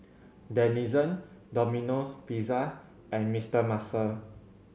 Denizen Domino Pizza and Mister Muscle